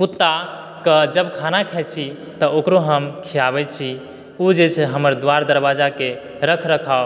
कुत्ताकऽ जब खाना खाइ छी तऽ ओकरो हम खियाबै छी ओ जे छै हमर द्वार दरवाजाके रखरखाव